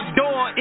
door